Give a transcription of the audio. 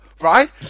right